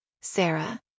Sarah